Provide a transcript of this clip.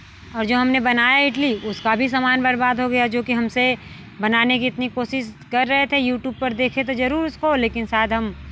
और जो हमने बनाया इडली उसका भी सामान बर्बाद हो गया जो कि हमसे बनाने की इतनी कोशिश कर रहे थे यूट्यूब पर देखे तो ज़रूर उसको लेकिन शायद हम